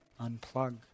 unplug